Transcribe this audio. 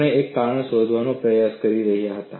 આપણે એક કારણ શોધવાનો પ્રયાસ કરી રહ્યા હતા